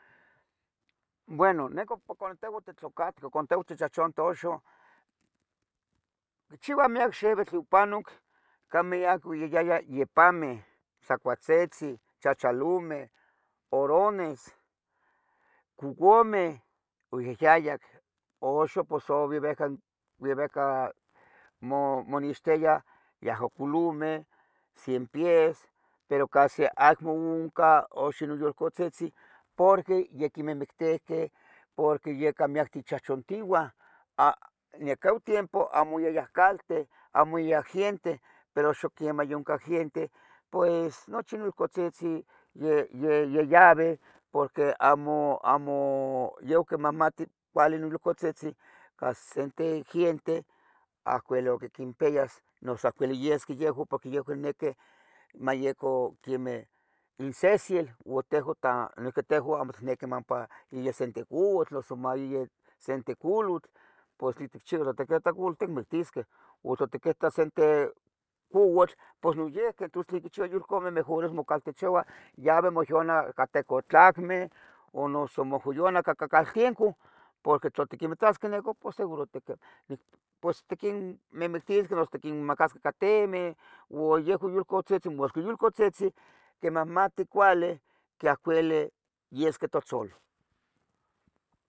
Bueno, nicu ca tehua titlacatqueh ca tehua tichahchantih uxa, quichiua miac xibitl yopanoc, ca miac yoyaya ipameh, tlacuatzitzi, chachalomeh, urones, couameh, oyahyayac, uxa pos oyabeh ya behca mo monextiyah, yaha columeh, cien pies, pero casi acmo unca non yulcatzitzi porque yoquimihmictihqueh porque yaca miacten chachantigua, a, necah utiempo amo iyayah calte, amo iyaya giente, uxa quiemah yuncah giente, pues nochi yulcatzitzi, ye, ye yayabeh porque amo amo yehua quimahmati cuali yulcatzitzi cahsi senteh giente, acuilo quimpias nos acocuili yesqui yehua porque yehua quinequih maicu quemeh insehsiel ua tehua ta noihqui tehua amo itniquih ompa mai senteh couatl, noso mai senteh colutl, pos tlen ticchiba tla tiquitah culutl ticmictisqueh, o tla tiquitah senteh couatl noyihqui, tos tlen quichiua yulcameh mejor mocaltechoua yabi moxona ca tec otlacmeh o noso mohoyana cacaltencu, porque tla tiquimitasqueh nicu pos seguro tiquin pos tiquin mihmictisqueh noso tiquimacasqueh ica timeh ua yehua yulcatzitzi, porque yulcatzitzi quimahmati cuali que acuili isqui totzolah